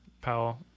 Powell